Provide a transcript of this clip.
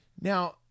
Now